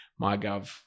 MyGov